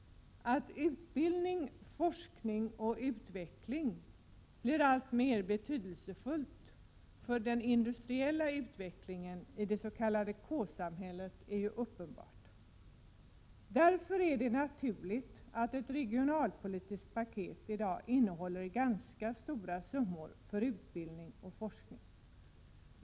Att utbildning, forskning och utveckling blir alltmer betydelsefullt för den industriella utvecklingen i dets.k. K-samhället är uppenbart. Därför är det naturligt att ett regionalpolitiskt paket i dag innehåller ganska stora summor för utbildning och forskning.